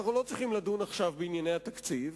אנחנו לא צריכים לדון עכשיו בענייני התקציב,